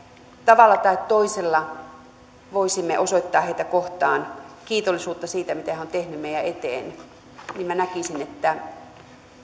tavalla tai toisella voisimme osoittaa heitä kohtaan kiitollisuutta siitä mitä he ovat tehneet meidän eteemme ja minä näkisin että